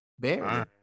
Barry